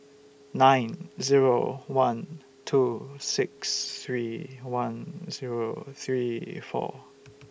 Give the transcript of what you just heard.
nine Zero one two six three one Zero three four